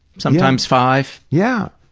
sometimes five. yeah.